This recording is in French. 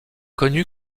connu